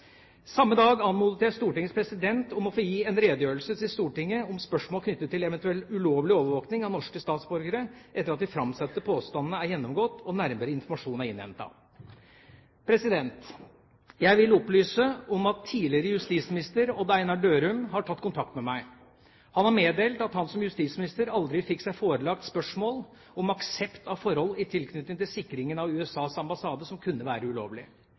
Samme dag anmodet jeg Stortingets president om å få gi en redegjørelse til Stortinget om spørsmål knyttet til eventuell ulovlig overvåking av norske statsborgere, etter at de framsatte påstandene er gjennomgått og nærmere informasjon er innhentet. Jeg vil opplyse om at tidligere justisminister Odd Einar Dørum har tatt kontakt med meg. Han har meddelt at han som justisminister aldri fikk seg forelagt spørsmål om aksept av forhold i tilknytning til sikringen av USAs ambassade som kunne være